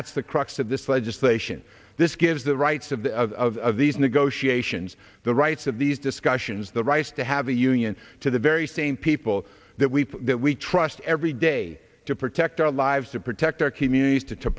that's the crux of this legislation this gives the rights of the of these negotiations the it's of these discussions the rice to have a union to the very same people that we that we trust every day to protect our lives to protect our communities to